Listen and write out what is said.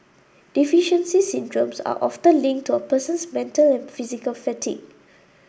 deficiency syndromes are often linked to a person's mental and physical fatigue